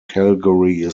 calgary